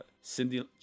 Cindy